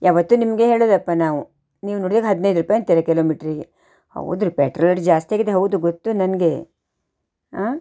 ಯಾವತ್ತೂ ನಿಮಗೇ ಹೇಳೋದಪ್ಪ ನಾವು ನೀವು ನೋಡಿರೆ ಹದಿನೈದು ರೂಪಾಯಿ ಅಂತೀರ ಕಿಲೋಮೀಟ್ರಿಗೆ ಹೌದುರೀ ಪೆಟ್ರೋಲ್ ರೇಟ್ ಜಾಸ್ತಿ ಆಗಿದ್ದು ಹೌದು ಗೊತ್ತು ನನಗೆ ಆಂ